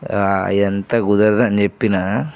అవంతా కుదరదని చెప్పిన